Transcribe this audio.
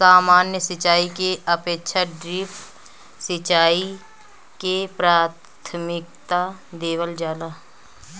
सामान्य सिंचाई के अपेक्षा ड्रिप सिंचाई के प्राथमिकता देवल जाला